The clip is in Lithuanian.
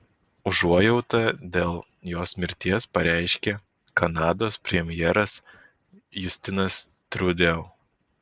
užuojautą dėl jos mirties pareiškė kanados premjeras justinas trudeau